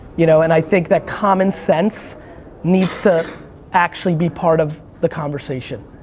you know and i think that common sense needs to actually be part of the conversation.